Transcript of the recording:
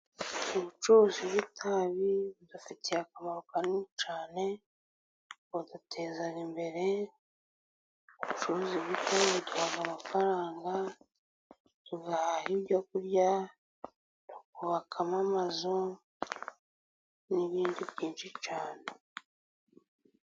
Ubucuruzi bw'itabi budufitiye akamaro kanini cyane, buduteza imbere. Ubucuruzi bw'itabi buduha amafaranga, buduha ibyo kurya, tukubakamo amazu n'ibindi byinshi cyane.